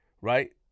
right